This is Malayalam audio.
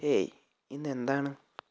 ഹേയ് ഇന്ന് എന്താണ്